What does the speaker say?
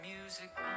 music